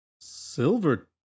Silver